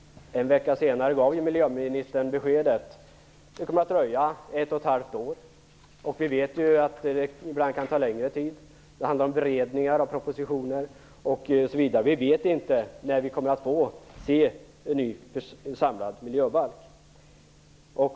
En vecka senare gav miljöministern beskedet att det kommer att dröja ett och ett halvt år. Vi vet att det ibland kan ta längre tid. Det handlar om beredningar, propositioner osv. Vi vet inte när vi kommer att få se en ny samlad miljöbalk.